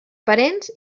parents